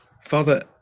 Father